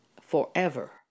forever